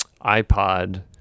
ipod